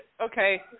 okay